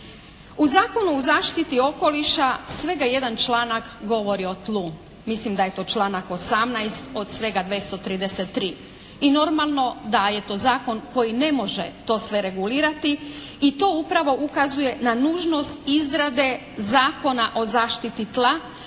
U Zakonu o zaštiti okoliša svega jedan članak govori o tlu. Mislim da je to članak 18. od svega 233. I normalno da je to zakon koji ne može to sve regulirati i to upravo ukazuje na nužnost izrade Zakona o zaštiti tla